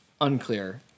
Unclear